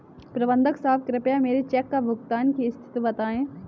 प्रबंधक साहब कृपया मेरे चेक भुगतान की स्थिति बताएं